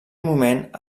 moment